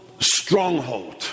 Stronghold